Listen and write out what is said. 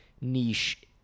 niche